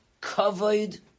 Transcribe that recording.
covered